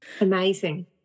Amazing